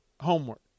homework